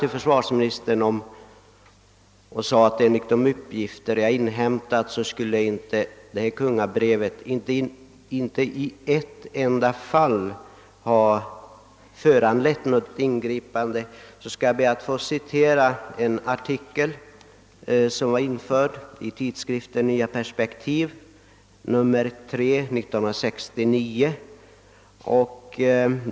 Eftersom jag uppgivit att enligt av mig inhämtade uppgifter det aktuella kungabrevet inte i ett enda fall har föranlett något ingripande, vill jag nu citera en artikel som var införd i tidskriften Nya Perspektiv, nr 3 för år 1969.